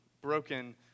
broken